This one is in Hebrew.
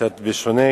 קצת בשונה,